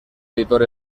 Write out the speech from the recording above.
editor